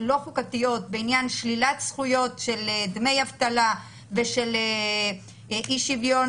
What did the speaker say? לא חוקתיות בעניין שלילת זכויות של דמי אבטלה ושל אי שוויון